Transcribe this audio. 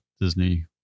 Disney